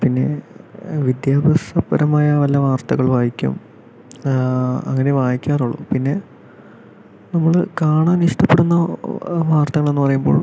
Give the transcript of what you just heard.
പിന്നെ വിദ്യാഭ്യാസപരമായ വല്ല വാർത്തകൾ വായിക്കും അങ്ങനെ വായിക്കാറുള്ളു പിന്നെ നമ്മൾ കാണാൻ ഇഷ്ടപെടുന്ന വാർത്തകൾ എന്നു പറയുമ്പോൾ